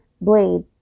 blade